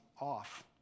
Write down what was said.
off